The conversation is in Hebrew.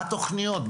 מה התוכניות?